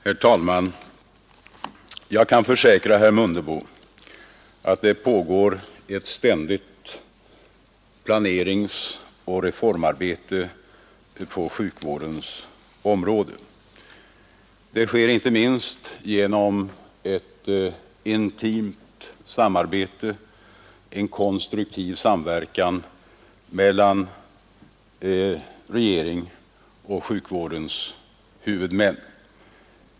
Herr talman! Jag kan försäkra herr Mundebo att det pågår ett ständigt planeringsoch reformarbete på sjukvårdens område. Det sker inte minst genom ett intimt samarbete och en konstruktiv samverkan mellan regeringen och sjukvårdens huvudmän.